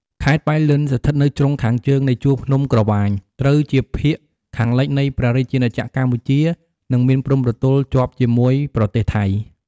ខេត្តប៉ៃលិន ស្ថិតនៅជ្រុងខាងជើងនៃជួរភ្នំក្រវាញ ត្រូវជាភាគខាងលិចនៃព្រះរាជាណាចក្រកម្ពុជា និងមានព្រំប្រទល់ជាប់ជាមួយប្រទេសថៃ។